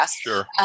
Sure